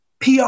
PR